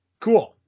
Cool